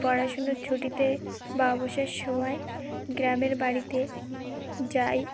পড়াশুনার ছুটিতে বা অবসের সময় গ্রামের বাড়িতে যাই